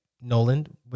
Nolan